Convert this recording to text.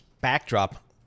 backdrop